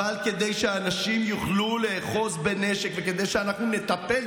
אבל כדי שאנשים יוכלו לאחוז בנשק וכדי שאנחנו נטפל,